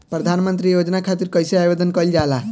प्रधानमंत्री योजना खातिर कइसे आवेदन कइल जाला?